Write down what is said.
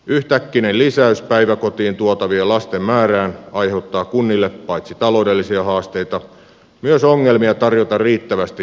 yhtäkkinen lisäys päiväkotiin tuotavien lasten määrään aiheuttaa kunnille paitsi taloudellisia haasteita myös ongelmia tarjota riittävästi hoitopaikkoja lapsille